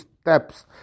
steps